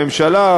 הממשלה,